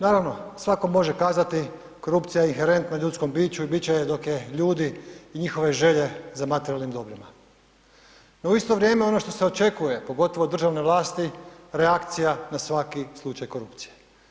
Naravno, svako može kazati korupcija je inherentna ljudskom biću i bit će je dok je ljudi i njihove želje za materijalnim dobrima no u isto vrijeme ono što se očekuje pogotovo od državne vlasti, reakcija na svaki slučaj korupcije.